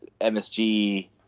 MSG –